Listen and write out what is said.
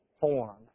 form